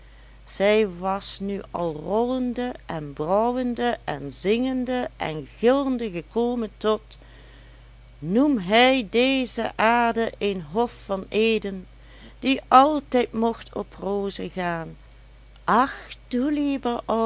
zij was nu al rollende en brouwende en zingende en gillende gekomen tot noem hij deze aarde een hof van eden die altijd mocht op rozen gaan ach du lieber